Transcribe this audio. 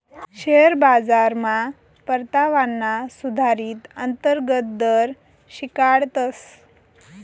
share बाजारमा परतावाना सुधारीत अंतर्गत दर शिकाडतस